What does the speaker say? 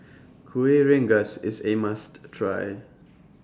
Kueh Rengas IS A must Try